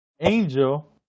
Angel